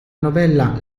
novella